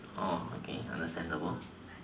oh okay understandable